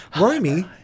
Romy